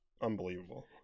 unbelievable